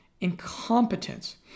incompetence